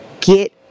get